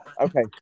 okay